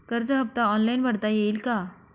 कर्ज हफ्ता ऑनलाईन भरता येईल का?